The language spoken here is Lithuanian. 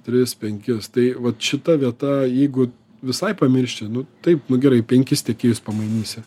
tris penkis tai vat šita vieta jeigu visai pamiršti nu taip nu gerai penkis tiekėjus pamainysi